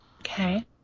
Okay